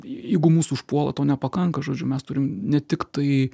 jeigu mus užpuola to nepakanka žodžiu mes turim ne tiktai